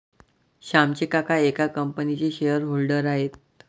श्यामचे काका एका कंपनीचे शेअर होल्डर आहेत